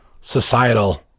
societal